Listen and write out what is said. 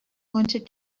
wanted